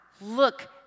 look